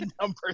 number